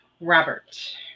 Robert